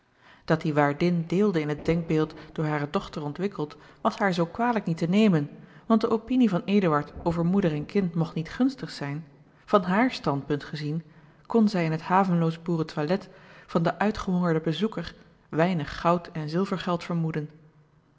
dat die waardin deelde in het denkbeeld door hare dochter ontwikkeld was haar zoo kwalijk niet te nemen want de opinie van eduard over moeder en kind mogt niet gunstig zijn van haar standpunt gezien kon zij in het havenloos boerentoilet van den uitgehongerden bezoeker weinig goud en zilvergeld vermoeden